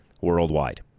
worldwide